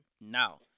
Now